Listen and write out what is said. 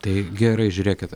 tai gerai žiūrėkit